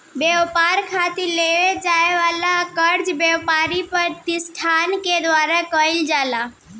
ब्यपार खातिर लेवे जाए वाला कर्जा ब्यपारिक पर तिसठान के द्वारा लिहल जाला